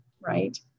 Right